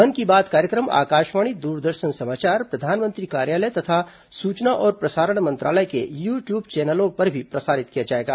मन की बात कार्यक्रम आकाशवाणी दूरदर्शन समाचार प्रधानमंत्री कार्यालय तथा सूचना और प्रसारण मंत्रालय के यू ट्यूब चौनलों पर भी प्रसारित किया जाएगा